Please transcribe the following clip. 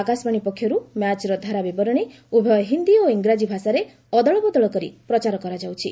ଆକାଶବାଣୀ ପକ୍ଷରୁ ମ୍ୟାଚ୍ର ଧାରା ବିବରଣୀ ଉଭୟ ହିନ୍ଦୀ ଓ ଇଂରାଜୀ ଭାଷାରେ ଅଦଳ ବଦଳ କରି ପ୍ରଚାର କରାଯାଉଛି